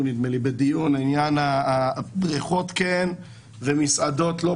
בדיון בעניין בריכות כן ומסעדות לא.